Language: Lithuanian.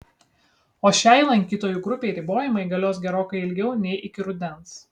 o šiai lankytojų grupei ribojimai galios gerokai ilgiau nei iki rudens